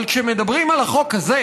אבל כשמדברים על החוק הזה,